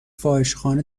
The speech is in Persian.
فاحشهخانه